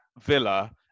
Villa